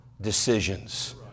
decisions